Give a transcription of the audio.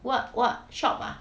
what what shop ah